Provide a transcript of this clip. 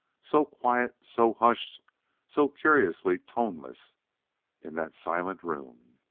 so quiet, so hushed so curiously toneless in that silent room.